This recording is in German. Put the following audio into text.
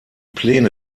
pläne